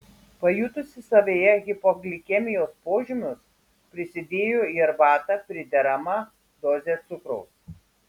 pajutusi savyje hipoglikemijos požymius prisidėjo į arbatą prideramą dozę cukraus